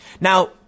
Now